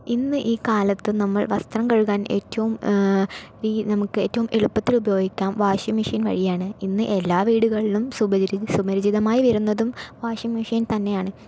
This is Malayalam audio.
ഇന്ന് ഈ കാലത്ത് നമ്മൾ വസ്ത്രം കഴുകാൻ ഏറ്റവും ഈ നമുക്ക് ഏറ്റവും എളുപ്പത്തിൽ ഉപയോഗിക്കാൻ വാഷിങ്മെഷീൻ വഴിയാണ് ഇന്ന് എല്ലാ വീടുകളിലും സുപരി സുപരിചിതമായി വരുന്നതും വാഷിംഗ് മെഷീൻ തന്നെയാണ്